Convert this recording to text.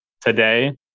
today